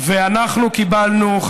ואנחנו קיבלנו,